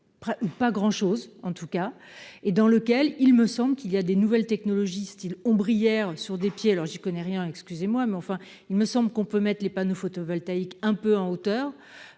pas grand chose en tout cas et dans lequel il me semble qu'il y a des nouvelles technologies style ombrière sur des pieds alors j'y connais rien, excusez-moi, mais enfin il me semble qu'on peut mettre les panneaux photovoltaïques un peu en hauteur